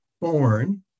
born